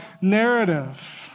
narrative